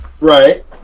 Right